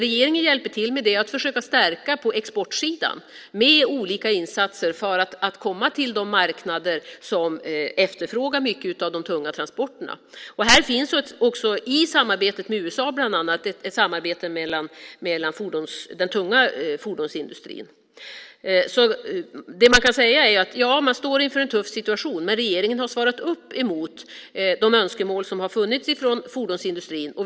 Regeringen hjälper till och försöker stärka på exportsidan med olika insatser för att man ska komma till de marknader som efterfrågar mycket av tunga transporter. I samarbetet med USA bland annat finns det ett samarbete med den tunga fordonsindustrin. Det som kan sägas är följande: Ja, man står inför en tuff situation. Men regeringen har svarat upp mot de önskemål som har funnits från fordonsindustrin.